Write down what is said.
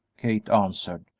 kate answered,